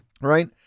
Right